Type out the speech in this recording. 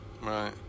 Right